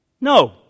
No